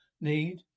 Need